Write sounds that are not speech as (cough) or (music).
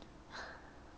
(laughs)